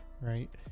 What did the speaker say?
right